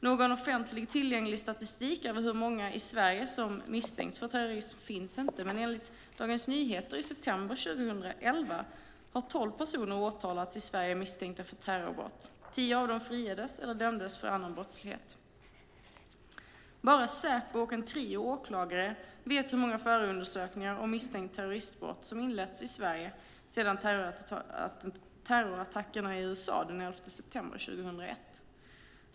Någon offentligt tillgänglig statistik över hur många i Sverige som misstänkts för terrorism finns inte. Men enligt Dagens Nyheter i september 2011 har tolv personer åtalats i Sverige misstänkta för terrorbrott. Tio av dem friades eller dömdes för annan brottslighet. Bara Säpo och en trio åklagare vet hur många förundersökningar om misstänkt terroristbrott som inletts i Sverige sedan terrorattackerna i USA den 11 september 2001.